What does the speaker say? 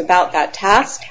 about that task